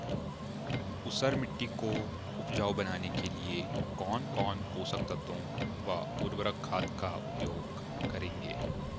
ऊसर मिट्टी को उपजाऊ बनाने के लिए कौन कौन पोषक तत्वों व उर्वरक खाद का उपयोग करेंगे?